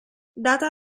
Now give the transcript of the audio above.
data